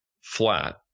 flat